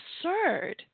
absurd